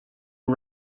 are